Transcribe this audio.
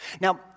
Now